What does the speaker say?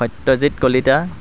Satyajit Kalita